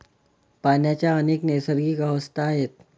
पाण्याच्या अनेक नैसर्गिक अवस्था आहेत